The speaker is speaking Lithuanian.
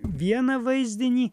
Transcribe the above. vieną vaizdinį